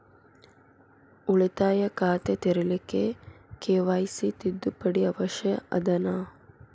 ಉಳಿತಾಯ ಖಾತೆ ತೆರಿಲಿಕ್ಕೆ ಕೆ.ವೈ.ಸಿ ತಿದ್ದುಪಡಿ ಅವಶ್ಯ ಅದನಾ?